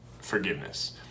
forgiveness